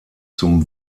zum